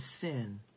sin